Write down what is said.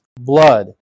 blood